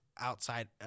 outside